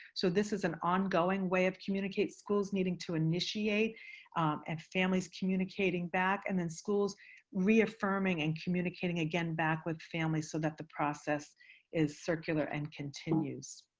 so this is an ongoing way of communicate schools needing to initiate and families communicating back, and then schools reaffirming and communicating again back with families so that the process is circular and continues.